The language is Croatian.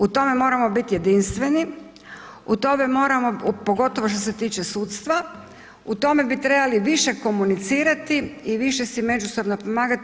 U tome moramo biti jedinstveni, u tome moramo, pogotovo što se tiče sudstva, u tome bi trebali više komunicirati i više si međusobno pomagati.